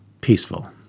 peaceful